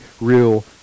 real